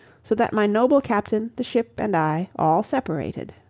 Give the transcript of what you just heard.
so that my noble captain, the ship, and i all separated.